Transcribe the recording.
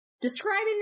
describing